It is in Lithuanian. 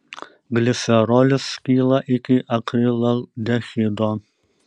glicerolis skyla iki akrilaldehido